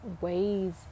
ways